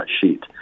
sheet